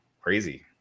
crazy